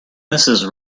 mrs